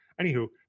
anywho